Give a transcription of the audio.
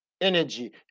energy